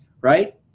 right